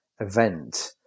event